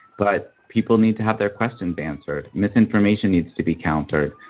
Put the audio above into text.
but people need to have their questions answers. misinformation needs to be countered,